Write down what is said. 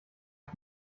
ich